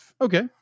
okay